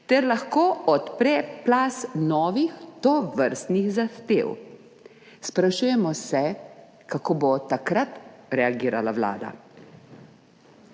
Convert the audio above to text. ter lahko odpre plaz novih tovrstnih zahtev. Sprašujemo se, kako bo takrat reagirala Vlada.